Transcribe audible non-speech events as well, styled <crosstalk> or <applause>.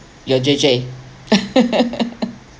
your J_J <laughs>